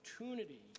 opportunity